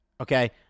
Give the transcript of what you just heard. okay